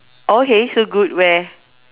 oh okay so good where